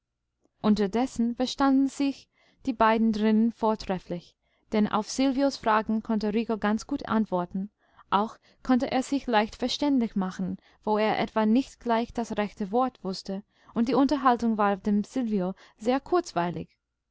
unterdessen verstanden sich die beiden drinnen vortrefflich denn auf silvios fragen konnte rico ganz gut antworten auch konnte er sich leicht verständlich machen wo er etwa nicht gleich das rechte wort wußte und die unterhaltung war dem silvio sehr kurzweilig